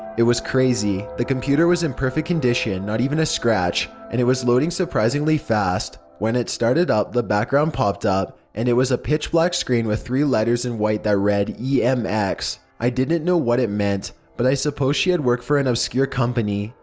it was crazy. the computer was in perfect condition, not even a scratch, and was loading surprisingly fast. when it started up, the background popped up and it was a pitch black screen with three letters in white that read emx. i didn't know what it meant, but i supposed she had worked for an obscure company.